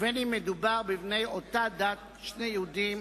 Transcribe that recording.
ובין שמדובר בבני אותה דת, שני יהודים